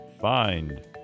find